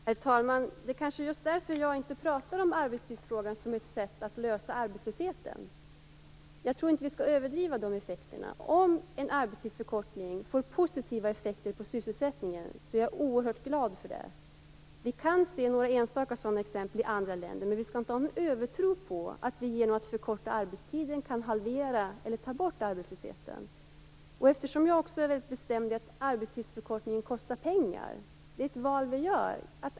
Herr talman! Det är kanske just därför som jag inte pratar om arbetstidsförkortning som ett sätt att komma till rätta med arbetslösheten. Jag tror inte att vi skall överdriva de effekterna. Om en arbetstidsförkortning får positiva effekter på sysselsättningen är jag oerhört glad. Vi kan se enstaka sådana exempel i andra länder, men vi skall inte ha någon övertro på att vi genom att förkorta arbetstiden kan halvera eller ta bort arbetslösheten. Jag är bestämd när jag säger att arbetstidsförkortningen kostar pengar. Det är ett val som vi gör.